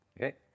Okay